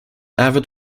avid